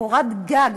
קורת גג,